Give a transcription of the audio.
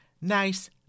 Nice